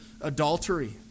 adultery